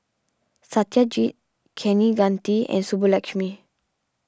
Satyajit Kaneganti and Subbulakshmi